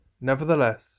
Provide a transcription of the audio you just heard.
Nevertheless